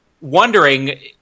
wondering